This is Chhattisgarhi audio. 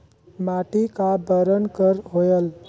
माटी का बरन कर होयल?